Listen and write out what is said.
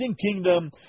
kingdom